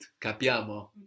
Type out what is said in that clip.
Capiamo